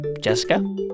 Jessica